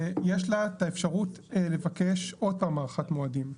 ויש לה את האפשרות לבקש עוד פעם הארכת מועדים.